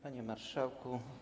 Panie Marszałku!